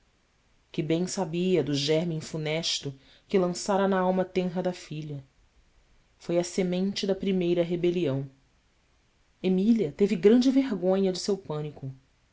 que bem sabia do gérmen funesto que lançara na alma tenra da filha foi a semente da primeira rebelião emília teve grande vergonha de seu pânico